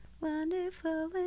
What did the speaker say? wonderful